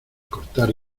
cortar